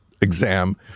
exam